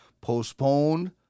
Postponed